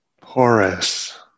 porous